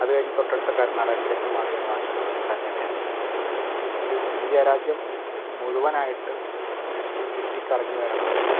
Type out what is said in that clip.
അതു കഴിഞ്ഞ് തൊട്ടടുത്ത കർണാടകത്തിലേക്ക് മാറിയാൽ ഭാഷ മാറി കന്നട ആയി ഒരു ഇന്ത്യാ രാജ്യം മുഴുവനായിട്ട് ഒന്നു ചുറ്റിക്കറങ്ങി വരണമെന്ന്